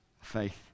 faith